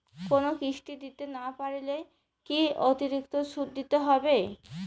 কোনো কিস্তি দিতে না পারলে কি অতিরিক্ত সুদ দিতে হবে?